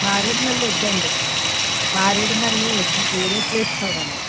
మారేడుమల్లి వద్దండి మారేడుమల్లి వద్దు వేరే ప్లేస్ చూడండి